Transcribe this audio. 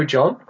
John